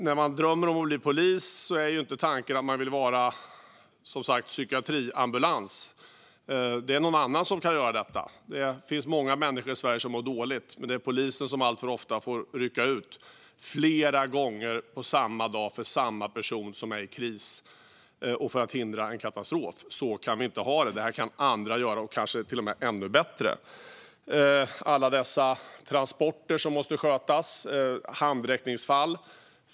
När man drömmer om att bli polis är ju inte tanken att man vill vara psykiatriambulans; någon annan kan göra detta. Det finns många människor i Sverige som mår dåligt, men det är polisen som alltför ofta får rycka ut flera gånger samma dag för samma person som är i kris och för att hindra en katastrof. Så kan vi inte ha det. Detta kan andra göra, och kanske till och med ännu bättre. Det handlar också om alla de transporter och handräckningsfall som måste skötas.